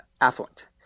affluent